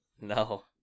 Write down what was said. No